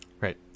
Right